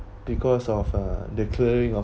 because of uh the clearing of